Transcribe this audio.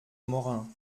morin